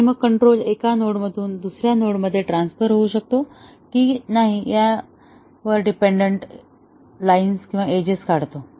आणि मग कंट्रोल एका नोडमधून दुसऱ्या नोडमध्ये ट्रान्सफर होऊ शकतो की नाही यावर डिपेंडेंट एजेस काढतो